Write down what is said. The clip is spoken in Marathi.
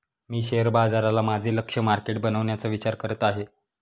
मी शेअर बाजाराला माझे लक्ष्य मार्केट बनवण्याचा विचार करत आहे